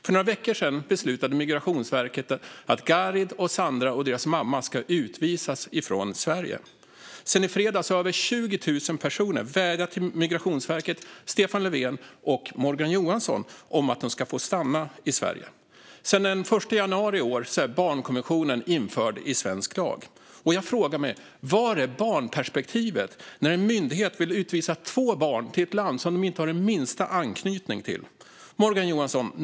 För några veckor sedan beslutade Migrationsverket att Garid och Sandra och deras mamma ska utvisas från Sverige. Sedan i fredags har över 20 000 personer vädjat till Migrationsverket, Stefan Löfven och Morgan Johansson om att de ska få stanna i Sverige. Sedan den 1 januari i år är barnkonventionen införd i svensk lag. Jag frågar mig: Var är barnperspektivet när en myndighet vill utvisa två barn till ett land som de inte har den minsta anknytning till? Morgan Johansson!